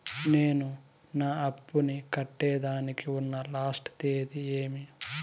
నేను నా అప్పుని కట్టేదానికి ఉన్న లాస్ట్ తేది ఏమి?